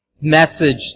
message